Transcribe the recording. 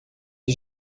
que